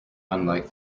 unlike